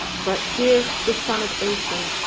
but here the son of aeson,